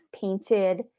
painted